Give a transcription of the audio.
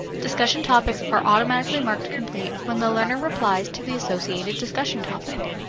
discussion topics are automatically marked complete when the learner replies to the associated discussion topic.